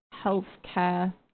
healthcare